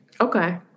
Okay